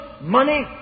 money